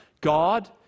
God